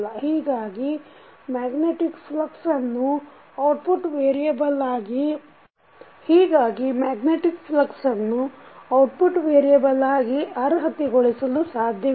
ಹೀಗಾಗಿ ಮಗ್ನೇಟಿಕ್ ಫ್ಲಕ್ಸನ್ನು output variable ಆಗಿ ಅರ್ಹತೆ ಗೊಳಿಸಲು ಸಾಧ್ಯವಿಲ್ಲ